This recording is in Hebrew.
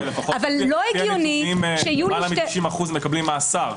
חייבים לומר שלפחות לפי הנתונים למעלה מ-90 אחוזים מקבלים מאסר.